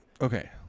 Okay